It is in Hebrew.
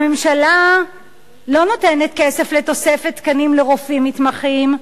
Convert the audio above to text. הממשלה לא נותנת כסף לתוספת תקנים לרופאים מתמחים,